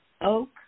Oak